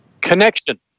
Connection